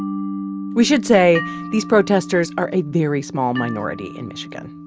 we should say these protesters are a very small minority in michigan.